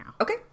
Okay